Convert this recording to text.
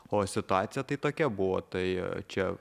o situacija tai tokia buvo tai čia